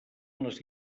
les